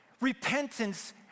Repentance